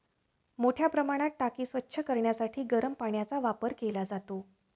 मोठ्या प्रमाणात टाकी स्वच्छ करण्यासाठी गरम पाण्याचा वापर केला जातो